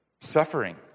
suffering